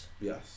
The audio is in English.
Yes